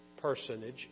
personage